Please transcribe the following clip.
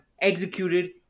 executed